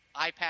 iPad